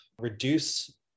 reduce